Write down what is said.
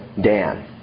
Dan